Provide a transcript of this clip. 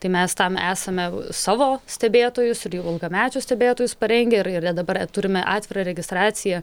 tai mes tam esame savo stebėtojus ir ilgamečius stebėtojus parengę ir ir dabar turime atvirą registraciją